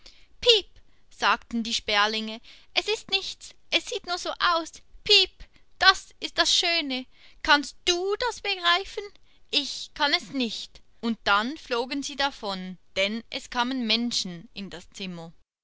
piep sagten die sperlinge es ist nichts es sieht nur so aus piep das ist das schöne kannst du das begreifen ich kann es nicht und dann flogen sie davon denn es kamen menschen in das zimmer